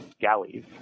galleys